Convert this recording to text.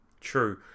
True